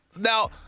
Now